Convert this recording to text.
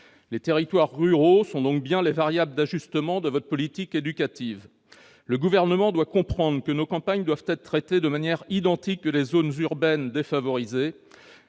Les territoires ruraux sont donc bien les variables d'ajustement de votre politique éducative ! Le Gouvernement doit comprendre que nos campagnes doivent être traitées de la même manière que les zones urbaines défavorisées.